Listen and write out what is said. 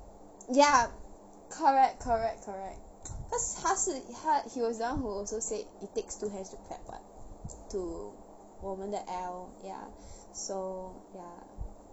ya correct correct correct cause 他是他 he was who also said it takes two hands to clap [what] to 我们的 L ya so ya